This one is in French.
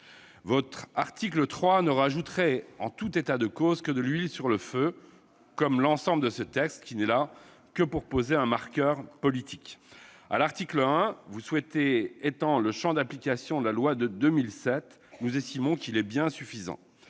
L'article 3 ne ferait en tout état de cause que jeter de l'huile sur le feu, comme l'ensemble de ce texte, qui a pour seule vocation de poser un marqueur politique. Avec l'article 1, vous souhaitez étendre le champ d'application de la loi de 2007, dont nous estimons qu'il est bien suffisant.